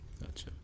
Gotcha